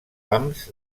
pams